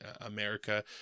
America